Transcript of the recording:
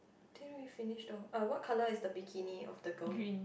didn't really finish the uh what colour is the bikini of the girl